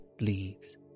leaves